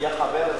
יהיה חבר,